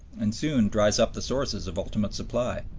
and soon dries up the sources of ultimate supply.